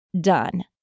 done